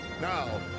Now